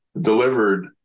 delivered